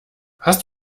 hast